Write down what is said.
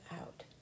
out